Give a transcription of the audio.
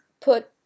put